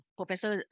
Professor